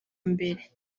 mbere